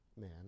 man